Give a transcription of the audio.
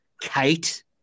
Kate